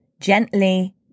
gently